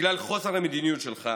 בגלל חוסר המדיניות שלך